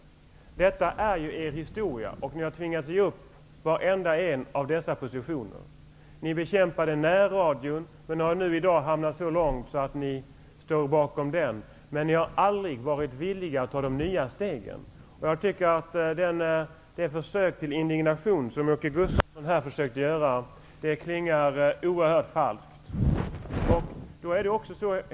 Detta är er historia. Ni har tvingats ge upp varenda en av dessa positioner. Ni bekämpade närradion men har nu i dag gått så långt att ni står bakom denna. Men ni har aldrig varit villiga att ta nya steg. Den indignation som Åke Gustavsson här försökte ge uttryck för klingar oerhört falskt.